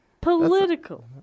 Political